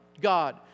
God